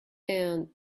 and